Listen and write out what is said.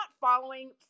following